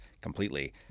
completely